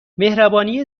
مهربانی